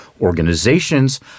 organizations